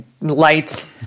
lights